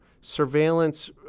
surveillance